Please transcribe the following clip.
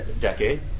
decade